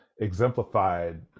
exemplified